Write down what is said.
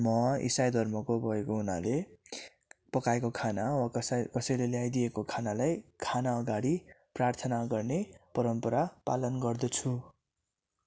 म इसाई धर्मको भएको हुनाले पकाएको खाना वा कसैकसैले ल्याइदिएको खानालाई खान अगाडि प्रार्थना गर्ने परम्परा पालन गर्दछु